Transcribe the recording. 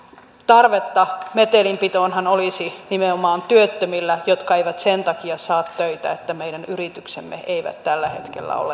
tarvetta metelin pitoonhan olisi nimenomaan työttömillä jotka eivät sen takia saa töitä että meidän yrityksemme eivät tällä hetkellä ole kilpailukykyisiä